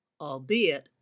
albeit